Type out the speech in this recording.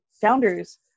founders